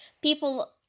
people